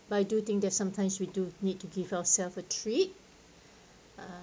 but I do think that sometimes we do need to give ourself a treat uh